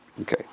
Okay